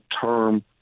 term